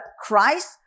Christ